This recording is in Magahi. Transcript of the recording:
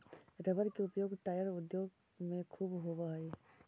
रबर के उपयोग टायर उद्योग में ख़ूब होवऽ हई